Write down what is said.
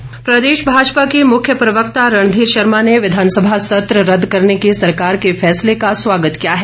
समर्थन प्रदेश भाजपा के मुख्य प्रवक्ता रणधीर शर्मा ने विधानसभा सत्र रद्द करने के सरकार के फैसले का स्वागत किया है